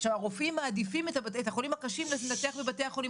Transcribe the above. הרופאים מעדיפים לנתח את החולים הקשים בבתי החולים